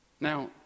Now